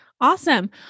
Awesome